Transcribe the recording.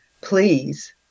please